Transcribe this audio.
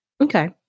Okay